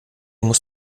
muss